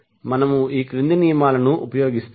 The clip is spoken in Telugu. మనము ఈ క్రింది నియమాలను ఉపయోగిస్తాము